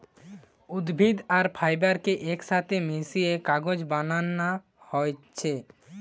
উদ্ভিদ আর ফাইবার কে একসাথে মিশিয়ে কাগজ বানানা হচ্ছে